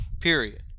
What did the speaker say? Period